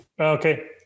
Okay